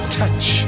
touch